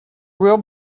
real